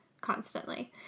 constantly